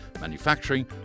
manufacturing